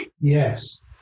Yes